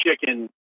chicken